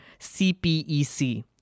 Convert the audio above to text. CPEC